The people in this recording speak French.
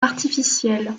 artificiel